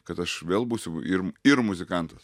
kad aš vėl būsiu ir ir muzikantas